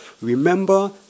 Remember